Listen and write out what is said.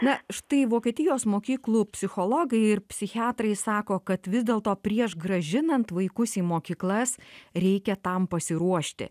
na štai vokietijos mokyklų psichologai ir psichiatrai sako kad vis dėlto prieš grąžinant vaikus į mokyklas reikia tam pasiruošti